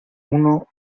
uno